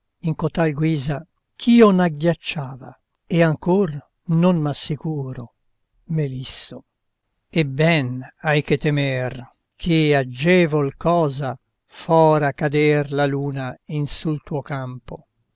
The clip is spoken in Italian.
in cotal guisa ch'io n'agghiacciava e ancor non m'assicuro e ben hai che temer che agevol cosa fora cader la luna in sul tuo campo